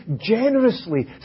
generously